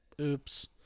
oops